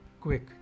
quick